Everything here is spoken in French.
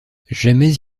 jamais